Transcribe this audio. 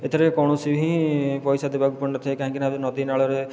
ଏଥିରେ କୌଣସି ହିଁ ପଇସା ଦେବାକୁ ପଡ଼ିନଥାଏ କାହିଁକି ନାଁ ଏବେ ନଦୀ ନାଳରେ